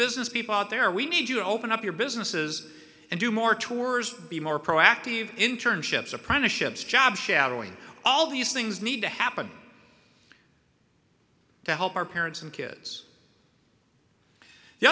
business people out there we need to open up your businesses and do more tours be more proactive internships apprenticeships job shadowing all these things need to happen to help our parents and kids the